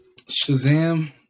Shazam